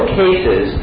cases